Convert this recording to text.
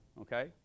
okay